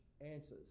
answers